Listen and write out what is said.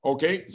Okay